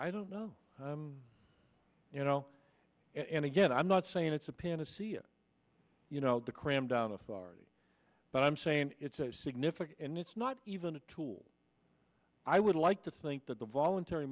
i don't know you know and again i'm not saying it's a panacea you know the cram down authority but i'm saying it's a significant and it's not even a tool i would like to think that the voluntary